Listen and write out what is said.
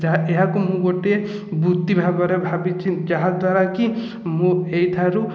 ଯାହା ଏହାକୁ ମୁଁ ଗୋଟିଏ ବୃତ୍ତି ଭାବରେ ଭାବିଛି ଯାହାଦ୍ଵାରା କି ମୁଁ ଏହିଠାରୁ